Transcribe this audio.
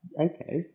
Okay